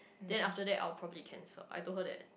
then after that I will probably cancel I told her that